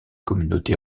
communauté